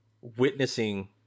witnessing